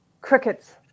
Crickets